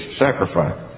sacrifice